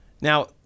Now